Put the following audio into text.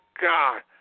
God